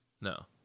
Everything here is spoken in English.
No